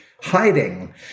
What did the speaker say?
hiding